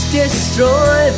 destroy